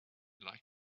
like